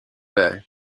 bay